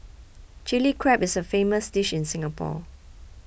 Chilli Crab is a famous dish in Singapore